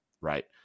right